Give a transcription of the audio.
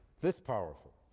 this powerful.